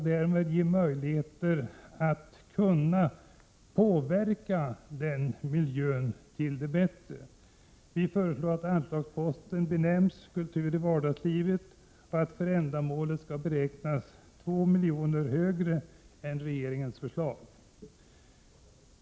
Därmed skapas möjligheter att påverka miljön till det bättre. Vi föreslår att anslagsposten benämns Kultur i vardagslivet och att 2 miljoner mer än vad regeringen föreslår beräknas för ändamålet.